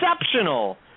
exceptional